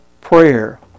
prayer